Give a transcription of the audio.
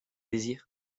désirs